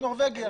נורבגיה,